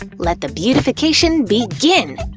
and let the beautification begin!